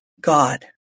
God